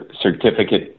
certificate